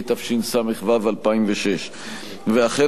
התשס"ו 2006. ואכן,